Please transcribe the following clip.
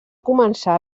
començar